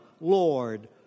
Lord